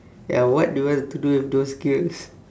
ya what do you want to do with those girls